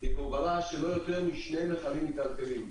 היא הובלה של לא יותר משני מכלים מיטלטלים.